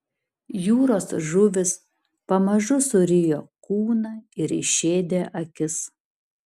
jūros žuvys pamažu surijo kūną ir išėdė akis